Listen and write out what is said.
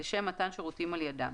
לשם מתן שירותים על ידם,